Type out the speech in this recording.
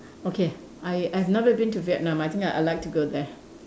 okay I I've never been to Vietnam I think I I like to go there